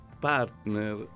partner